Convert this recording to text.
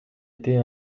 été